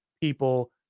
people